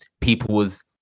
people's